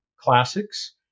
Classics